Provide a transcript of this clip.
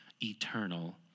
eternal